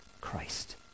Christ